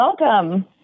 welcome